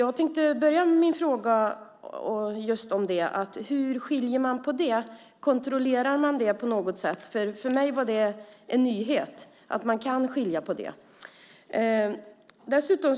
Jag undrar hur man kan skilja på dem? Kontrollerar man dem på något sätt? För mig var det en nyhet att man gör en sådan skillnad.